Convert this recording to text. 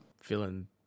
Feeling